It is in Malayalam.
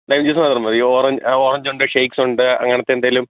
ലൈം ജൂസ് മാത്രം മതിയോ ഓറഞ്ച് ഉണ്ട് ഷേക്സുണ്ട് അങ്ങനെത്തെ എന്തെങ്കിലും